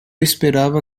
esperava